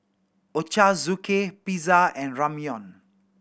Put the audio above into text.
Ochazuke Pizza and Ramyeon